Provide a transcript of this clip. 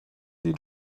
den